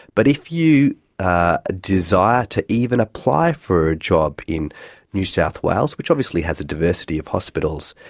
but if you ah desire to even apply for a job in new south wales, which obviously has a diversity of hospitals,